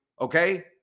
okay